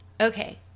Okay